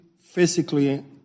physically